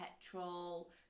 petrol